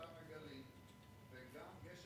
גם בוסתן-הגליל וגם יש,